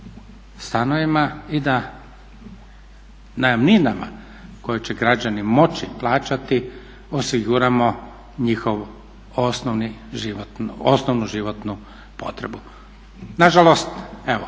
i da najamninama koje će građani moći plaćati osiguramo njihovu osnovnu životnu potrebu. Nažalost evo,